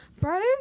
bro